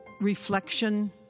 reflection